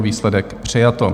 Výsledek: přijato.